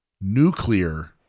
nuclear